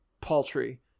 paltry